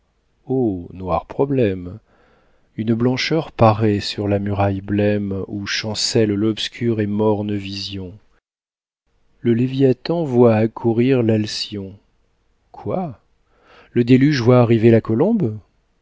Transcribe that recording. noir problème une blancheur paraît sur la muraille blême où chancelle l'obscure et morne vision le léviathan voit accourir l'alcyon quoi le déluge voit arriver la colombe